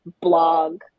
blog